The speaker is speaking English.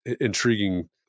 intriguing